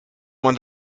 man